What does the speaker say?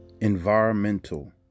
environmental